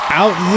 out